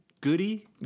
Goody